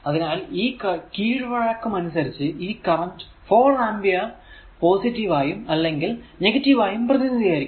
അതിനാൽ ഈ കീഴ്വഴക്കം അനുസരിച്ചു ഈ കറന്റ് 4 ആംപിയർ പോസിറ്റീവ് ആയും അല്ലെങ്കിൽ നെഗറ്റീവ് ആയും പ്രതിനിതീകരിക്കാം